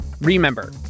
Remember